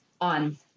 on